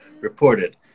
reported